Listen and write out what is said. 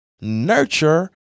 nurture